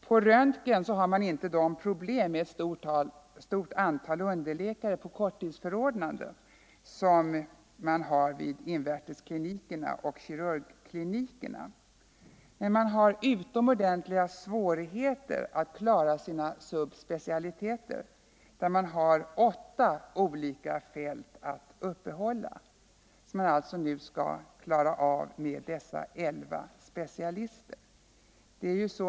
På röntgen har man inte de problem med ett stort antal underläkare på korttidsförordnanden som förekommer på invärtesoch kirurgklinikerna. Men man har utomordentliga svårigheter att klara sina subspecialiteter, där man har åtta olika fält att uppehålla och som man nu skall klara av med 11 specialister.